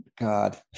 God